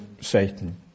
Satan